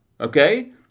okay